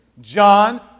John